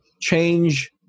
change